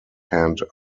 hand